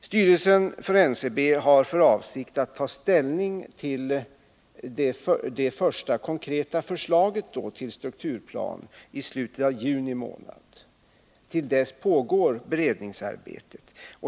Styrelsen för NCB har för avsikt att ta ställning till ett första konkret förslag till strukturplan i slutet av juni månad. Till dess pågår beredningsarbetet.